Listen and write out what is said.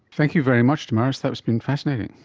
thank you very much damaris, that has been fascinating.